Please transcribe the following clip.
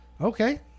Okay